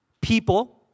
people